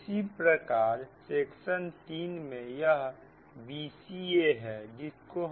इसी प्रकार सेक्शन 3 में यह b c a है